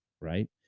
right